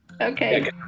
Okay